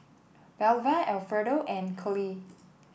Belva Alfredo and Coley